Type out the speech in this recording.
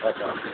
okay